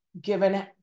given